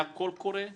היה קול קורא?